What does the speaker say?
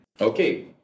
okay